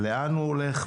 לאן הוא הולך,